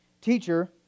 Teacher